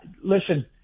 Listen